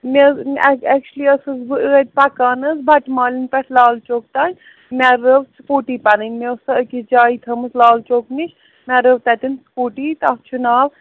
مےٚ حظ اٮ۪کچُلی ٲسٕس بہٕ ٲدۍ پَکان حظ بَٹہٕ مالیُن پٮ۪ٹھ لالچوک تام مےٚ رٲو سٕکوٗٹی پَنٕنۍ مےٚ ٲس سۄ أکِس جایہِ تھٔٲومٕژ لالچوک نِش مےٚ رٲو تَتٮ۪ن سٕکوٹی تَتھ چھُ ناو